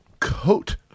coat